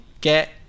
Get